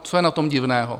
Co je na tom divného?